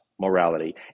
morality